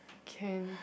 can